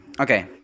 Okay